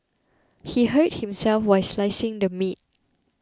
he hurt himself while slicing the meat